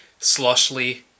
Sloshly